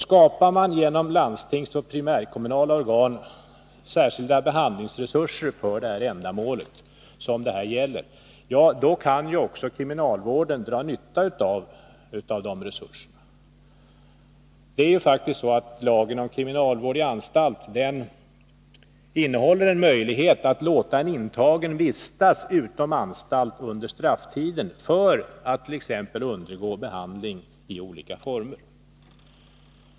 Skapar de landstingsoch primärkommunala organen särskilda behandlingsresurser för det ändamål som det här gäller kan också kriminalvården dra nytta av dem. Lagen om kriminalvård i anstalt innehåller faktiskt en möjlighet att låta en intagen vistas utom anstalt under strafftiden för att t.ex. undergå behandling i olika former.